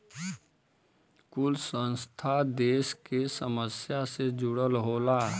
कुल संस्था देस के समस्या से जुड़ल होला